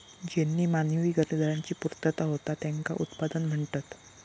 ज्येनीं मानवी गरजांची पूर्तता होता त्येंका उत्पादन म्हणतत